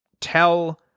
tell